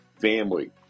family